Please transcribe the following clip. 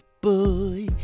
boy